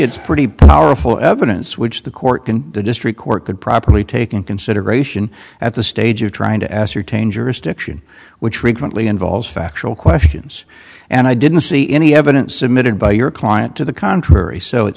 it's pretty powerful evidence which the court in the district court could properly taken consideration at the stage of trying to ascertain jurisdiction which frequently involves factual questions and i didn't see any evidence submitted by your client to the contrary so it